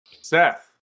Seth